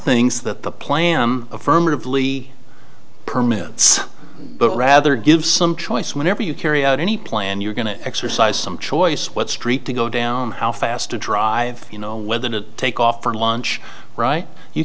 things that the plan affirmatively permits but rather give some choice whenever you carry out any plan you're going to exercise some choice what street to go down how fast to drive you know whether to take off or lunch right you